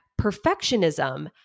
perfectionism